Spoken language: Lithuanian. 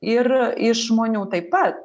ir iš žmonių taip pat